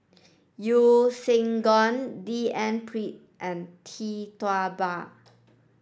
Yeo Siak Goon D N Pritt and Tee Tua Ba